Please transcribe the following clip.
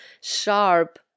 sharp